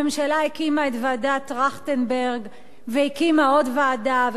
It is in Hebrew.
הממשלה הקימה את ועדת-טרכטנברג והקימה עוד ועדה,